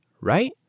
right